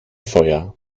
feuer